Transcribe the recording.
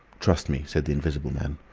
trust me, said the invisible man.